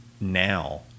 Now